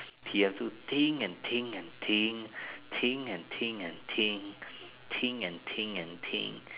he have to think and think and think think and think and think think and think and think